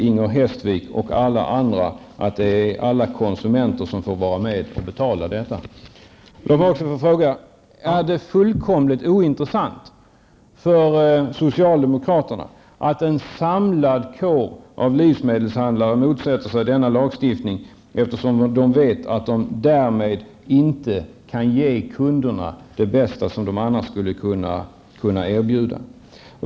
Inger Hestvik och alla andra vet att alla konsumener får vara med och betala detta. Är det fullkomligt ointressant för socialdemokraterna att en samlad kår av livsmedelshandlare motsätter sig den aktuella lagstiftningen? De vet ju att de därmed inte kan erbjuda kunderna det bästa -- vilket de annars skulle kunna göra.